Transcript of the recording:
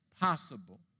possible